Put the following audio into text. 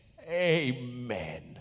amen